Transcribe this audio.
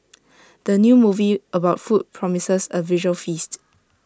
the new movie about food promises A visual feast